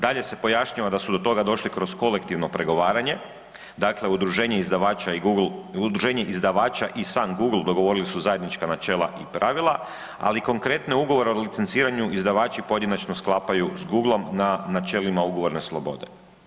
Dalje se pojašnjava da su do toga došli kroz kolektivno pregovaranje, dakle udruženje izdavača i sam Google dogovorili su zajednička načela i pravila, ali konkretne ugovore o licenciranju izdavači pojedinačno sklapaju s Googleom na načelima ugovorne slobode.